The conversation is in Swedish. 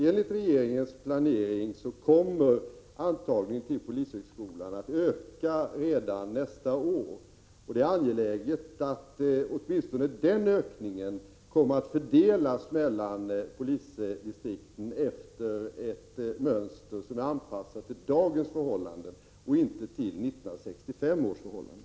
Enligt regeringens planering kommer antagningen till polishögskolan att öka redan nästa år. Det är angeläget att åtminstone den ökningen kommer att fördelas mellan polisdistrikten efter ett mönster som är anpassat till dagens förhållanden och inte till 1965 års förhållanden.